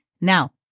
Now